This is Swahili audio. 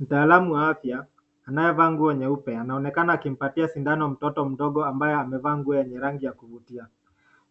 Mtaalamu wa afya anayevaa nguo nyeupe anaonekana akimpatia sindano mtoto mdogo ambaye amevaa nguo yenye rangi ya kuvutia.